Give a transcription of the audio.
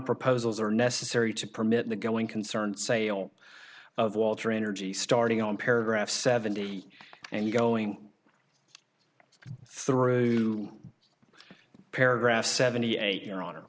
proposals are necessary to permit the going concern sale of walter energy starting on paragraph seventy and you going through paragraph seventy eight your honor